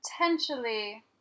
Potentially